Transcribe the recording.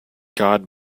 god